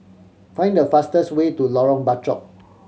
find the fastest way to Lorong Bachok